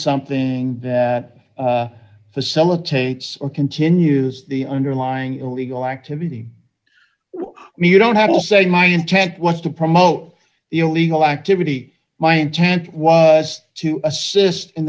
something that facilitates continues the underlying illegal activity i mean you don't have to say my intent was to promote the illegal activity my intent was to assist in